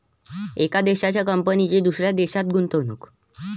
एका देशाच्या कंपनीची दुसऱ्या देशात गुंतवणूक